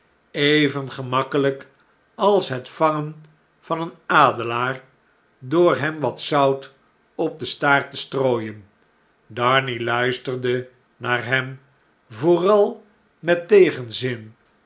even gemakkeljjk als het vangen van een adelaar door hem wat zout op den staart te strooien darnay luisterde naar hem vooral met tegenzin